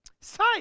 Sight